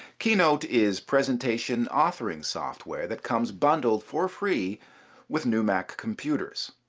keynote is presentation authoring software that comes bundled for free with new mac computers.